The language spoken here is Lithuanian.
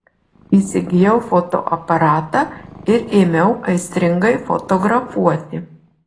įsigijau fotoaparatą ir ėmiau aistringai fotografuoti